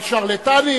על שרלטנים?